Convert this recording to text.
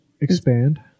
Expand